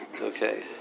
Okay